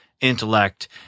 intellect